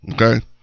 okay